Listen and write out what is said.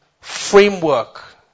framework